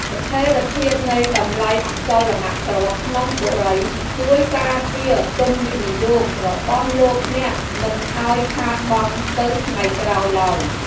ស្ថិរភាពនៃតម្លៃអចលនទ្រព្យក្នុងបុរីជួយការពារទុនវិនិយោគរបស់លោកអ្នកមិនឱ្យខាតបង់ទៅថ្ងៃក្រោយឡើយ។